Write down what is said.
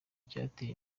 icyateye